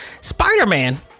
spider-man